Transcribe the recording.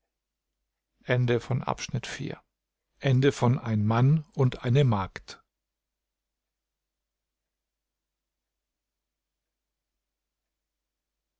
ein mann und eine magd